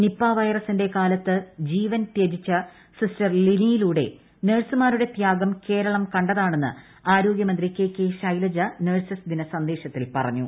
Nipah വൈറസിന്റെ കാലത്ത് ജീവൻ തൃജിച്ച സിസ്റ്റർ ലിനിയിലൂടെ നഴ്സുമാരുള്ട ത്യാഗം കേരളം കണ്ടതാണെന്ന് ആരോഗ്യമ്ത്രി കെ കെ ശൈലജ നഴ്സസ് ദിന സന്ദേശത്തിൽ പ്റഞ്ഞു